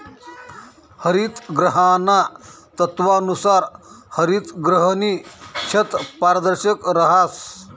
हरितगृहाना तत्वानुसार हरितगृहनी छत पारदर्शक रहास